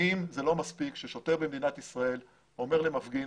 האם זה לא מספיק ששוטר במדינת ישראל אומר מפגין,